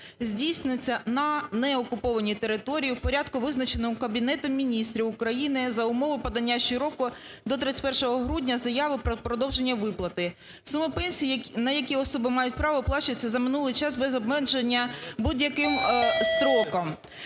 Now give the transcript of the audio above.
здійснюється на неокупованій території у порядку, визначеному Кабінетом Міністрів України, за умови подання щороку до 31 грудня заяви про продовження виплати. Сума пенсій, на які особи маю право, сплачуються за минулий час без обмеження будь-яким строком.